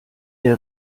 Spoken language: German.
der